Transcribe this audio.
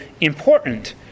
important